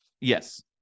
Yes